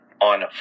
...on